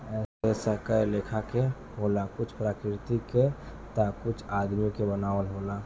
रेसा कए लेखा के होला कुछ प्राकृतिक के ता कुछ आदमी के बनावल होला